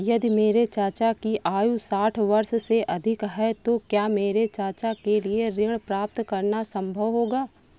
यदि मेरे चाचा की आयु साठ वर्ष से अधिक है तो क्या मेरे चाचा के लिए ऋण प्राप्त करना संभव होगा?